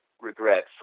regret